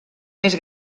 més